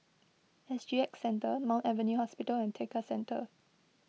S G X Centre Mount Alvernia Hospital and Tekka Centre